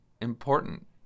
important